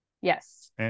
Yes